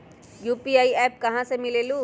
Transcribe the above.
UPI app कहा से मिलेलु?